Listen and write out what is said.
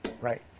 Right